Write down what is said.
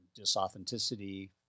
disauthenticity